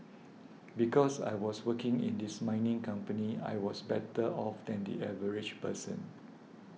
because I was working in this mining company I was better off than the average person